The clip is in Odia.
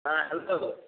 ହଁ ହେଲୋ